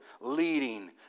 leading